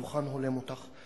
הדוכן הולם אותך.